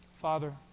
Father